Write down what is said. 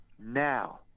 now